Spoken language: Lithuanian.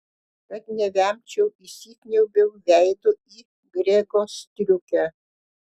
kad nevemčiau įsikniaubiau veidu į grego striukę